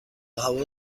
هوا